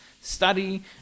study